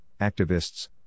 activists